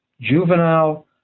juvenile